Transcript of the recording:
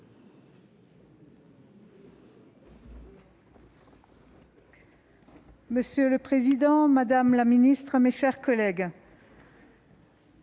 Monsieur le président, monsieur le ministre, mes chers collègues,